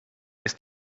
ist